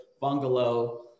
bungalow